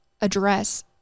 address